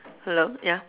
hello ya